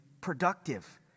productive